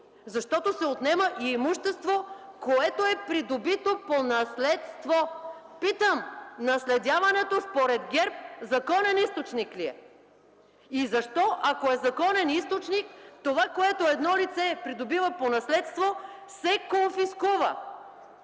Защото се отнема и имущество, което е придобито по наследство. Питам: наследяването, според ГЕРБ, законен източник ли е? И защо, ако е законен източник, това, което едно лице е придобило по наследство, се конфискува?